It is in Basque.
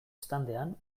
standean